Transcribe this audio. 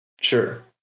sure